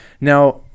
Now